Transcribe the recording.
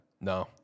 No